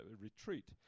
retreat